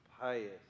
pious